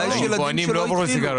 אולי יש ילדים שלא התחילו.